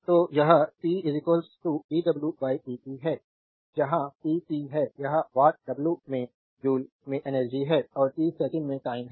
तो यह p dw dt है जहां p p है या वाट w में जूल में एनर्जी है और t सेकंड में टाइम है